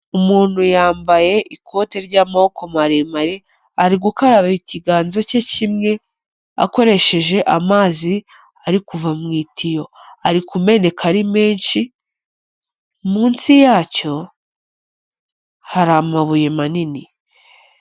Umuntu yambaye ikote ry'amaboko maremare, arigukaraba ikiganza cye kimwe akoresheje amazi arikuva mu itiyo. Ari kumeneka ari menshi, munsi yacyo, hari amabuye manini.